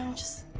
just